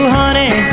honey